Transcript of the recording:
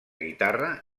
guitarra